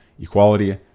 equality